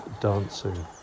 dancing